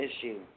issue